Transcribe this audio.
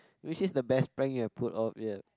which is the best prank you have pulled off yet